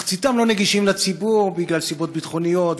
מחציתם לא נגישים לציבור מסיבות ביטחוניות,